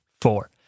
four